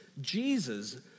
Jesus